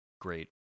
great